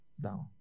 down